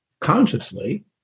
consciously